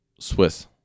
Swiss